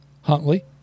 Huntley